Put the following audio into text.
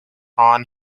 prawn